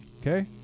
Okay